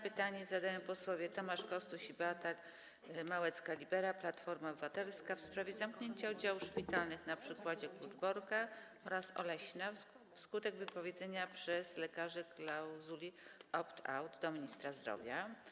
Pytanie zadają posłowie Tomasz Kostuś i Beata Małecka-Libera, Platforma Obywatelska, w sprawie zamknięcia oddziałów szpitalnych, na przykładzie Kluczborka oraz Olesna, wskutek wypowiedzenia przez lekarzy klauzuli opt-out - do ministra zdrowia.